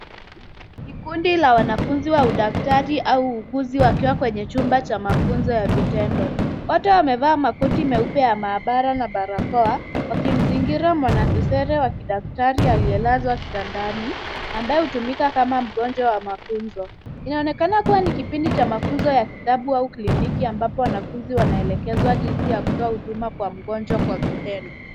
Ni kundi la wanafunzi wa udaktari au uuguzi, wakiwa katika kwenye chumba cha mafunzo ya vitendo. Wote wamevaa makoti meupe ya maabara na barakoa, wakimzingira mwanasesere wa kidaktari aliyelazwa kitandan, ambaye hutumika kama mgonjwa wa mafunzo. Inaonekana kuwa ni kipindi cha mafunzo ya matibabu au kliniki ambapo wanafunzi wanaelekezwa jinsi ya kutoa huduma kwa mgonjwa kwa vitendo.